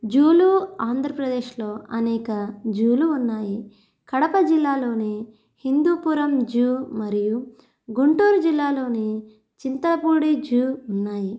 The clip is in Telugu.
జూలు ఆంధ్రప్రదేశ్లో అనేక జూలు ఉన్నాయి కడప జిల్లాలోని హిందూపురం జూ మరియు గుంటూరు జిల్లాలోని చింతలపూడి జూ ఉన్నాయి